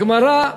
הגמרא,